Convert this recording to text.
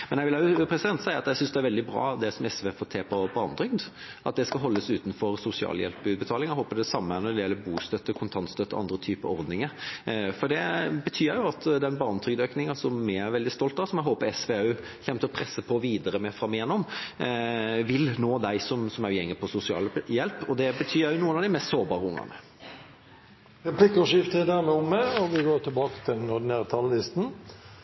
Jeg vil også si at jeg synes det er veldig bra, det som SV har fått til på barnetrygd, at det skal holdes utenfor sosialhjelputbetaling. Jeg håper det samme gjelder bostøtte, kontantstøtte og andre typer ordninger, for det betyr også at den barnetrygdøkningen som vi er veldig stolt av, og som jeg håper SV også kommer til å presse på videre framover, vil nå dem som også går på sosialhjelp, og det betyr noen av de mest sårbare ungene. Replikkordskiftet er omme. Jeg har sittet og